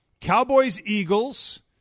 Cowboys-Eagles